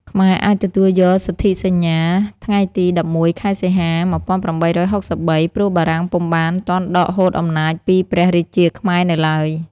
ខ្មែរអាចទទួលយកសន្ធិសញ្ញាថ្ងៃទី ១១ ខែ សីហា ១៨៦៣ ព្រោះបារាំងពុំបានទាន់ដកហូតអំណាចពីព្រះរាជាខ្មែរនៅឡើយ។